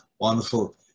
wonderful